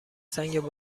سنگ